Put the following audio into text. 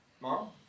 Mom